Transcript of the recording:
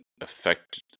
affect